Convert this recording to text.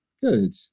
Good